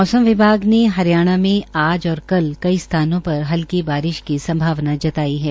मौसम विभाग ने हरियाणा में आज और कल कई स्थानों पर हल्की बारिश की संभावना जताई है